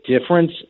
difference